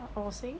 oh I was saying